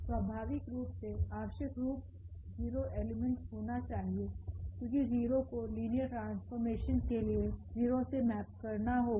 स्वाभाविक रूप से आवश्यक रूप 0 एलिमेंट होना चाहिए क्योंकि 0 को लिनियर ट्रांसफॉर्मेशन के लिए 0 से मैप करना होगा